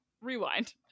Rewind